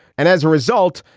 and as a result,